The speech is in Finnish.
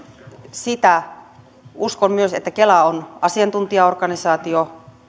sitä uskon myös että kela on asiantuntijaorganisaatio